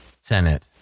Senate